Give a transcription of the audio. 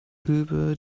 über